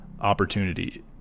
opportunity